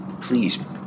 Please